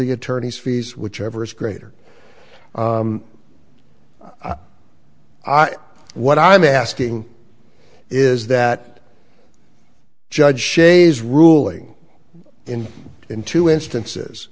the attorney's fees whichever is greater what i'm asking is that judge shays ruling in in two instances